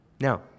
Now